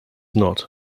not